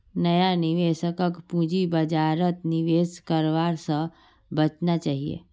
नया निवेशकक पूंजी बाजारत निवेश करवा स बचना चाहिए